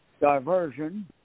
diversion